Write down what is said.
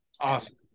awesome